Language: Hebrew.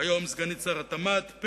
כיום סגנית שר התמ"ת,